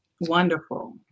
Wonderful